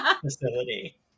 facility